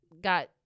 got